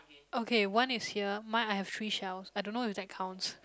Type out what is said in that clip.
okay one is here mine I have three shells I don't know if that counts